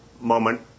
moment